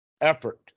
effort